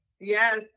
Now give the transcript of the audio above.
Yes